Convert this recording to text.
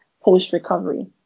post-recovery